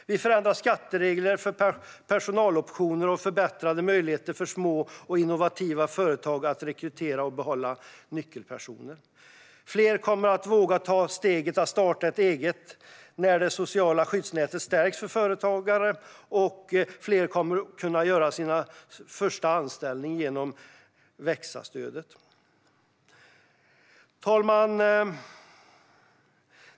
Vi förändrar skatteregler för personaloptioner och förbättrar möjligheterna för små och innovativa företag att rekrytera och behålla nyckelpersoner. Fler kommer att våga ta steget att starta eget när det sociala skyddsnätet stärks för företagare, och fler kommer att kunna göra sin första anställning tack vare växa-stödet. Fru talman!